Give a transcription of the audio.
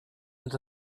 and